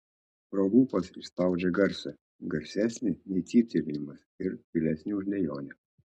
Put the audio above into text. pro lūpas išspaudžia garsą garsesnį nei cyptelėjimas ir tylesnį už dejonę